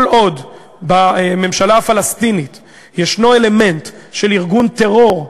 כל עוד בממשלה הפלסטינית יש אלמנט של ארגון טרור,